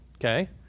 Okay